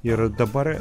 ir dabar